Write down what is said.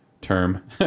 term